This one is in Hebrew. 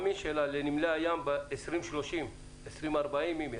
לגבי נמלי הים ב-2030 ו-2040 אם יש.